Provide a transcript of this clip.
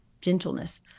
gentleness